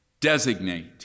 designate